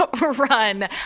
run